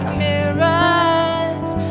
mirrors